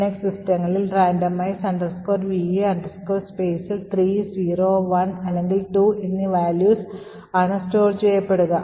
Linux സിസ്റ്റങ്ങളിൽ randomize va spaceൽ 3 0 1 അല്ലെങ്കിൽ 2 എന്നീ values ആണ് store ചെയ്യപ്പെടുക